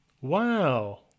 Wow